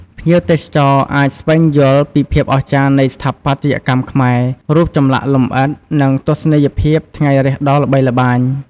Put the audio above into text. ភ្ញៀវទេសចរអាចស្វែងយល់ពីភាពអស្ចារ្យនៃស្ថាបត្យកម្មខ្មែរ រូបចម្លាក់លម្អិត និងទស្សនីយភាពថ្ងៃរះដ៏ល្បីល្បាញ។